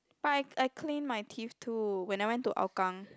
but I I clean my teeth too when I went to Hougang